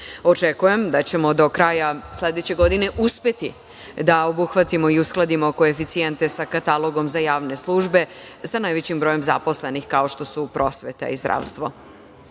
Očekujem da ćemo do kraja sledeće godine uspeti da obuhvatimo i uskladimo koeficijente sa katalogom za javne službe sa najvećim brojem zaposlenih kao što su prosveta i zdravstvo. Takođe,